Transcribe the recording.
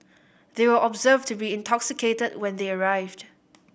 they were observed to be intoxicated when they arrived